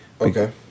Okay